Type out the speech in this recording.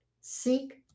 Seek